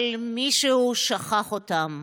אבל מישהו שכח אותם.